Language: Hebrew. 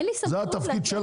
זה התפקיד שלך.